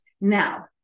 now